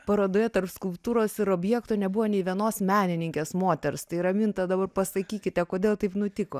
parodoje tarp skulptūros ir objekto nebuvo nė vienos menininkės moters tai raminta dabar pasakykite kodėl taip nutiko